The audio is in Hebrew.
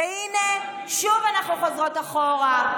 והינה, שוב אנחנו חוזרות אחורה.